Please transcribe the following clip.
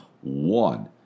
one